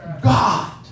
God